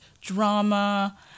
drama